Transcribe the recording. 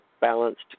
balanced